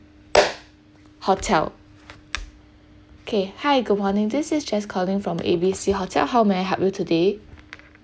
hotel okay hi good morning this is jess calling from A B C hotel how may I help you today